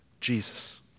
Jesus